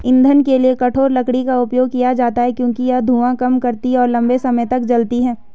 ईंधन के लिए कठोर लकड़ी का उपयोग किया जाता है क्योंकि यह धुआं कम करती है और लंबे समय तक जलती है